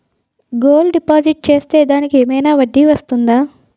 Gold deposit చేస్తే దానికి ఏమైనా వడ్డీ వస్తుందా?